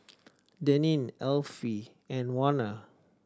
Daneen Effie and Warner